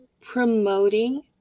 promoting